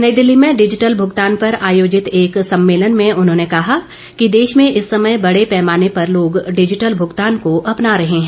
नई दिल्ली में डिजिटल भुगतान पर आयोजित एक सम्मेलन में उन्होंने कहा कि देश में इस समय बड़े पैमाने पर लोग डिजिटल भुगतान को अपना रहे हैं